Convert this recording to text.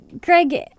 Greg